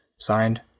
Signed